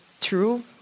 true